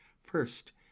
First